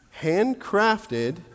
handcrafted